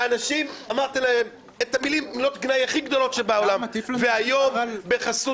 אמרתם את מילות הגנאי הכי חמורות שבעולם והיום בחסות